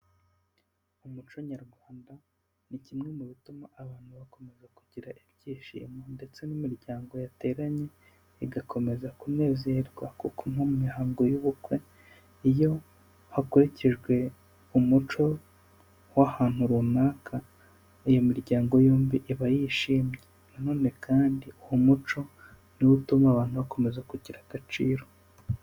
Umuco nyarwanda ni kimwe mu bituma abantu bakomeza kugira ibyishimo ndetse n'imiryango yateranye igakomeza kunezerwa kuko nko mihango y'ubukwe, iyo hakurikijwe umuco w'ahantu runaka, iyo miryango yombi iba yishimye. Nanone kandi uwo muco niwo utuma abantu bakomeza kugira agaciro.